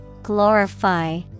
Glorify